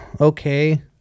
okay